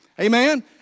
Amen